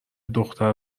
دختر